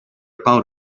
pound